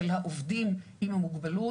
של העובדים עם המוגבלות.